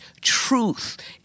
truth